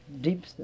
deep